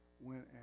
went